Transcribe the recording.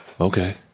Okay